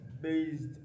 based